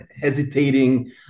hesitating